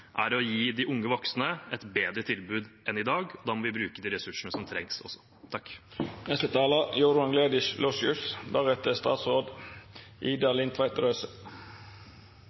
er å gi de unge voksne et bedre tilbud enn i dag. Da må vi bruke de ressursene som trengs, også.